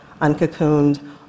uncocooned